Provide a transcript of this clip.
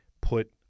put